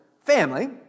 family